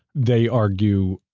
they argue,